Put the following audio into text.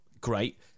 Great